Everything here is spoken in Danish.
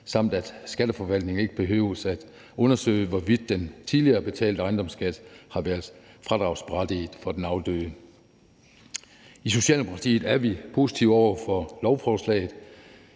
samt at Skatteforvaltningen ikke behøver at undersøge, hvorvidt den tidligere betalte ejendomsskat har været fradragsberettiget for den afdøde. I Socialdemokratiet er vi positive over for lovforslaget,